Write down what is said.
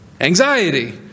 anxiety